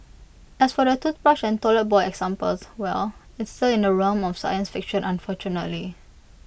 as for the toothbrush and toilet bowl examples well it's still in the realm of science fiction unfortunately